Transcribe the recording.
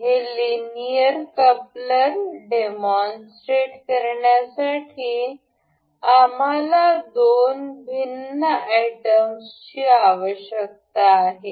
हे linear coupler demonstrate करण्यासाठी आम्हाला दोन भिन्न आयटम्सची आवश्यकता आहे